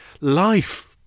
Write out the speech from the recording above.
life